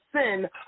sin